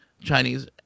Chinese